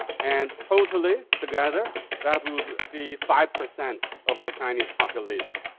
and totally together that would be five percent of the chinese population.